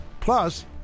Plus